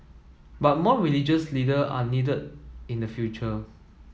but more religious leader are needed in the future